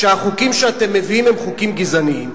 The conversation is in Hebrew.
כשהחוקים שאתם מביאים הם חוקים גזעניים.